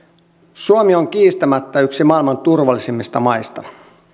suomi on kiistämättä yksi maailman turvallisimmista maista